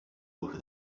with